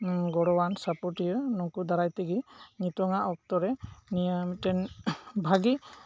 ᱜᱚᱲᱚᱣᱟᱱ ᱥᱟᱯᱚᱴᱤᱭᱟᱹ ᱱᱩᱠᱩ ᱫᱟᱨᱟᱭ ᱛᱮᱜᱮ ᱱᱤᱛᱚᱝᱟᱜ ᱚᱠᱛᱚ ᱨᱮ ᱱᱤᱭᱟᱹ ᱢᱤᱫᱴᱮᱱ ᱵᱷᱟᱜᱮ